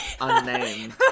unnamed